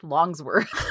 Longsworth